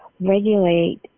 regulate